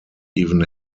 even